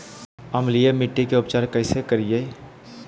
अम्लीय मिट्टी के उपचार कैसे करियाय?